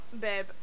babe